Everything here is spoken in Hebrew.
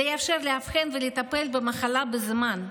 זה יאפשר לאבחן ולטפל במחלה בזמן.